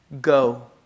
go